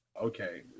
Okay